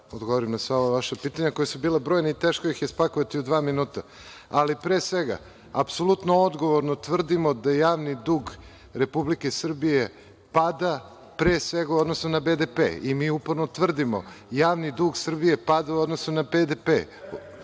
odgovorim na sva ova vaša pitanja koja su bila brojna i teško ih je spakovati u dva minuta. Ali, pre svega, apsolutno odgovorno tvrdimo da javni dug Republike Srbije pada, pre svega u odnosu na BDP. Mi uporno tvrdimo, javni dug Srbije pada u odnosu na BDP.